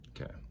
Okay